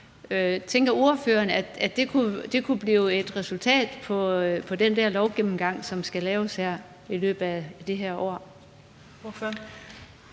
Tænker ordføreren, at det kunne blive et resultat af den der lovgennemgang, som skal laves i løbet af det her år?